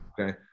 Okay